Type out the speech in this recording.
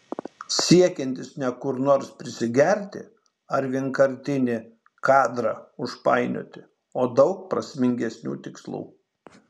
siekiantis ne kur nors prisigerti ar vienkartinį kadrą užpainioti o daug prasmingesnių tikslų